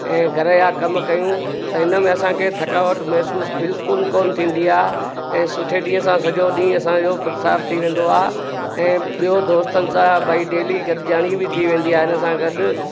ऐं घर जा कमु कयूं त हिन में असांखे थकावट महिसूसु बिल्कुलु कोन थींदी आहे ऐं सुठे ॾींहं सां सॼो ॾींहुं असांजो प्रसार थी वेंदो आहे ऐं ॿियो दोस्तनि सां भई डेली गॾिजाणी बि थी वेंदी आहे हिन सां गॾु